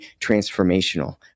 transformational